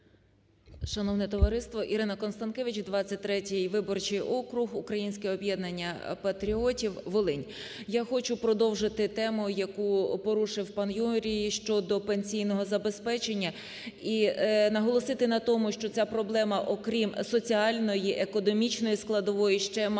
Шановне товариство, Ірина Констанкевич, 23 виборчий округ, Українське об'єднання патріотів, Волинь. Я хочу продовжити тему, яку порушив пан Юрій, щодо пенсійного забезпечення і наголосити на тому, що ця проблема, окрім соціальної, економічної складової, ще має